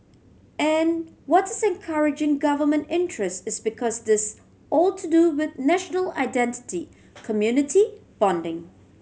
and what is encouraging Government interest is because this all to do with national identity community bonding